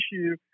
issue